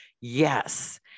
yes